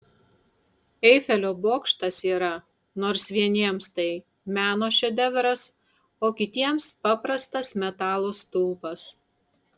eifelio bokštas yra nors vieniems tai meno šedevras o kitiems paprastas metalo stulpas